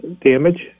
damage